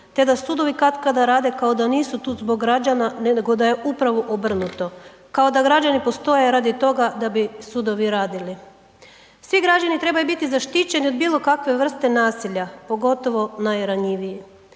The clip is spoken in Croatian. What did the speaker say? te da sudovi katkada rade kao da nisu tu zbog građana nego da je upravo obrnuto kao da građani postoje radi toga da bi sudovi radili. Svi građani trebaju biti zaštićeni od bilo kakve vrste nasilja, pogotovo najranjiviji,